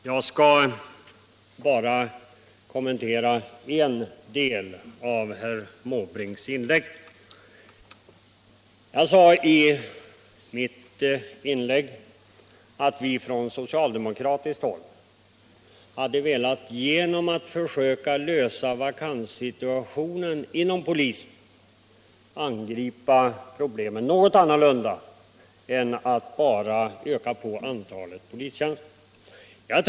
Herr talman! Jag skall bara kommentera en del av herr Måbrinks inlägg. Jag sade i mitt anförande att vi från socialdemokratiskt håll hade velat försöka lösa vakanssituationen inom polisen också på annat sätt än att bara öka på antalet polistjänster.